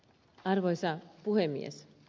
arvoisa puhemies